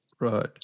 Right